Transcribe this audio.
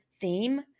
theme